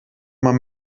man